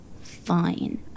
Fine